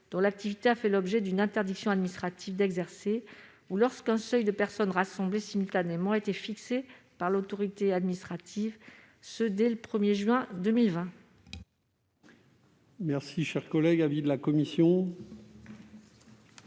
dont l'activité a fait l'objet d'une interdiction administrative d'exercer ou lorsqu'un seuil de personnes rassemblées simultanément a été fixé par l'autorité administrative, et ce dès le 1 juin 2020. Quel est l'avis de la commission